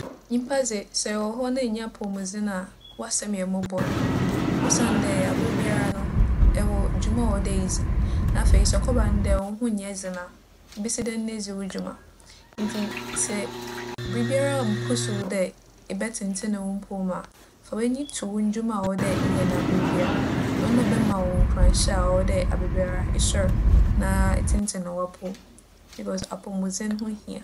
Nyimpa dze, sɛ ewͻ hͻ na innyi apͻwmudzen a, w'asɛm yɛ mbͻbͻr. Osiandɛ aberbiara no, ewͻ dwuma a ͻwͻ dɛ idzi. Afei sɛ ͻkͻba no dɛ wo ho nnyɛ dzen a, ibesi dɛn na edzi wo dwuma? Ntsi sɛ biribiara mpusuo wo dɛ ebɛtsentsen wo mpͻw mu a, fa w'enyi to wo ndwuma ndwuma a ͻwͻ dɛ eyɛ no aberbiara. ͻno bɛma wo nkuranhyɛ a ͻwͻ dɛ aberbiara esoɛr na etsentsen w'apͻw mu. 'Beͻause' apͻwmudzen ho hia.